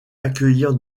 accueillir